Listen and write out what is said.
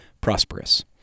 prosperous